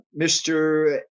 Mr